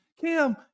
Kim